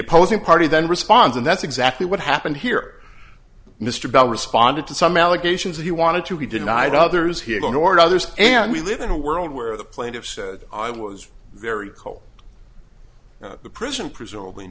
opposing party then responds and that's exactly what happened here mr bell responded to some allegations that he wanted to be denied others here or others and we live in a world where the plaintiffs i was very cold the prison presumably